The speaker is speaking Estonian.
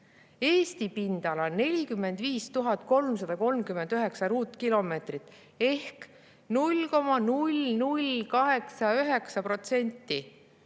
Eesti pindala on 45 339 ruutkilomeetrit ehk 0,0089%.